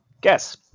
guess